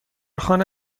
خانه